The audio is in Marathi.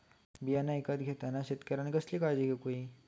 बियाणा ईकत घेताना शेतकऱ्यानं कसली काळजी घेऊक होई?